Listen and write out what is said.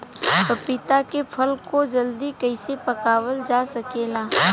पपिता के फल को जल्दी कइसे पकावल जा सकेला?